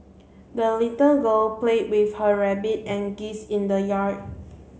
the little girl played with her rabbit and geese in the yard